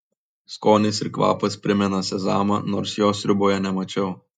skonis ir kvapas primena sezamą nors jo sriuboje nemačiau